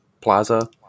plaza